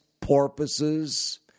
porpoises